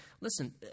listen